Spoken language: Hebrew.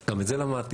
גם את זה למדתי,